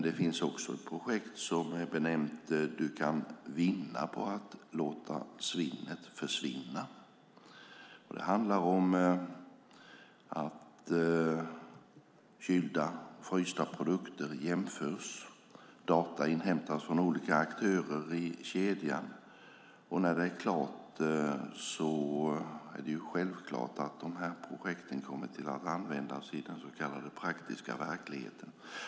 Det finns också ett projekt som är benämnt Du kan vinna på att låta svinnet försvinna. Det handlar om att kylda och frysta produkter jämförs och data inhämtas från olika aktörer i kedjan. När arbetet i projekten är klart är det självklart att det kommer att användas i den så kallade praktiska verkligheten.